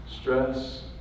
stress